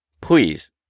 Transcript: Please